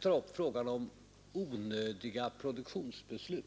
tog upp frågan om onödiga produktionsbeslut.